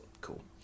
Cool